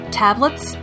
tablets